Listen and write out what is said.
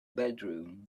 bedroom